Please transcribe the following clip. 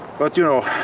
but you know,